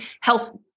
health